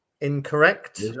incorrect